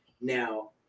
Now